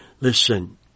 Listen